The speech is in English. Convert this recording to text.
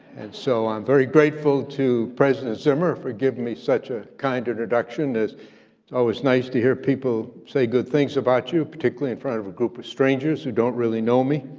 and so i'm very grateful to president zimmer for giving me such a kind introduction. it's always nice to hear people say good things about you, particularly in front of a group of strangers who don't really know me.